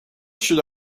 should